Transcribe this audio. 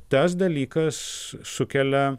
tas dalykas sukelia